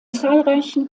zahlreichen